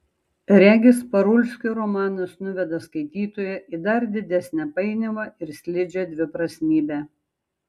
regis parulskio romanas nuveda skaitytoją į dar didesnę painiavą ir slidžią dviprasmybę